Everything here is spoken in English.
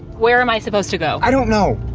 where am i supposed to go? i don't know!